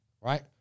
Right